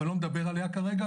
אבל אני לא מדבר עליה כרגע,